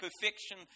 Perfection